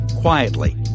quietly